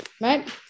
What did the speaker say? right